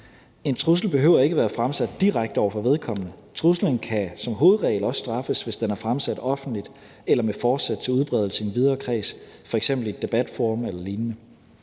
En trussel behøver ikke at være fremsat direkte over for vedkommende. Truslen kan som hovedregel også straffes, hvis den er fremsat offentligt eller med forsæt til udbredelse i en videre kreds, f.eks. i et debatforum eller lignende.